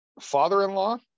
father-in-law